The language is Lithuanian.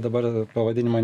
dabar pavadinimo